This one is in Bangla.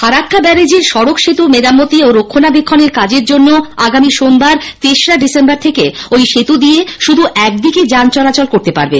ফারাক্কা ব্যারেজের সড়ক সেতু মেরামতি ও রক্ষণাবেক্ষণের কাজের জন্য আগামী সোমবার তেসরা ডিসেম্বর থেকে ওই সেতু দিয়ে শুধু একদিকের যান চলাচল করতে পারবে